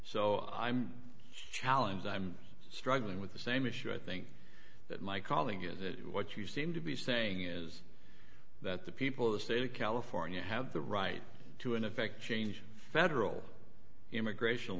so i'm challenged i'm struggling with the same issue i think that my colleague is it what you seem to be saying is that the people of the state of california have the right to in effect change federal immigration